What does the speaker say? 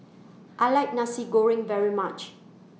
I like Nasi Goreng very much